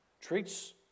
treats